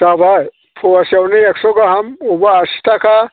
जाबाय फवासेयावनो एक्स' गाहाम बबावबा आसि थाखा